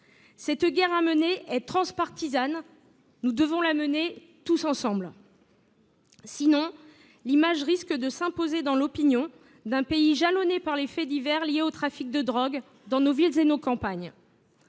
La guerre à mener est transpartisane ; nous devons la conduire tous ensemble. Sinon, l’image qui risque de s’imposer dans l’opinion est celle d’un pays jalonné par les faits divers liés au trafic de drogue, tant dans nos villes que dans nos campagnes.